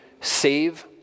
save